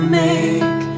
make